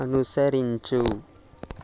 అనుసరించు